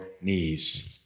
knees